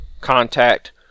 contact